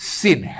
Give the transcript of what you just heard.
sin